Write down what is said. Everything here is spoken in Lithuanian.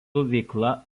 veikla